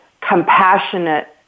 compassionate